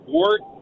work